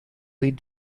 lead